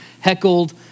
heckled